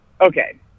Okay